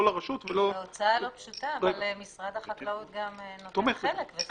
לא לרשות ולא -- זו הוצאה לא פשוטה אבל משרד החקלאות גם נוטל חלק בזה,